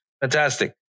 fantastic